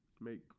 make